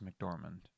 McDormand